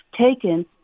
taken